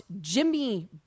Jimmy